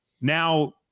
now